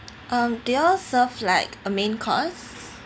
um do you all serve like a main course